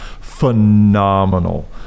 phenomenal